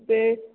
ते